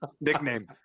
nickname